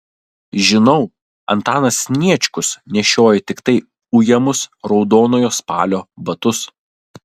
žinau antanas sniečkus nešiojo tiktai ujamus raudonojo spalio batus